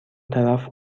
طرف